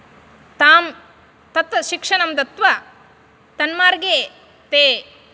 तां तत् शिक्षणं दत्वा तन्मार्गे ते